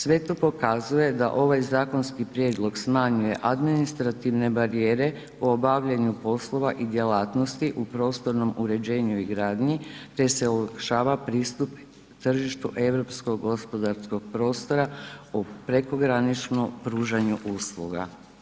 Sve to pokazuje da ovaj zakonski prijedlog smanjuje administrativne barijere u obavljaju poslova i djelatnosti u prostornom uređenju i gradnji te se olakšava pristup tržištu europskog gospodarskog prostora o prekograničnom pružanju usluga.